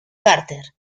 carter